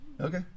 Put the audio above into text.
Okay